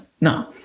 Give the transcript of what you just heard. No